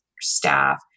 staff